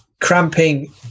cramping